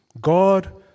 God